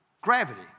gravity